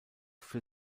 für